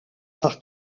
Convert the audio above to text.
par